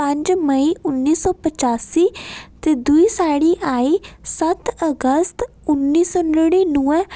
पंज मेई उन्नी सौ पच्चासी ते दूई साढ़ी आई सत्त अगस्त उन्नी सौ नड़िनुए